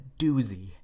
doozy